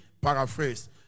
paraphrase